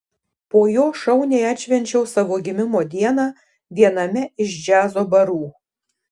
po jo šauniai atšvenčiau savo gimimo dieną viename iš džiazo barų